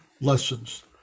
lessons